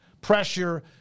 pressure